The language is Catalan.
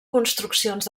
construccions